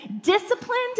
disciplined